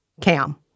Cam